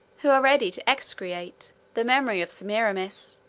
who are ready to execrate the memory of semiramis,